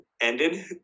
ended